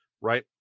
right